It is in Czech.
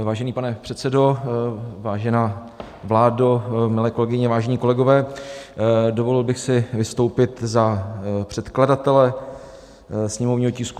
Vážený pane předsedo, vážená vládo, milé kolegyně, vážení kolegové, dovolil bych si vystoupit za předkladatele sněmovního tisku 211.